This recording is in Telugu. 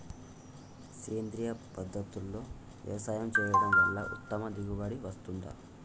సేంద్రీయ పద్ధతుల్లో వ్యవసాయం చేయడం వల్ల ఉత్తమ దిగుబడి వస్తుందా?